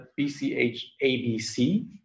BCH-ABC